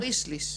שליש.